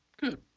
Good